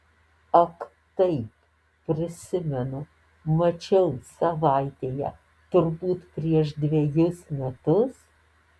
ak taip prisimenu mačiau savaitėje turbūt prieš dvejus metus